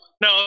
No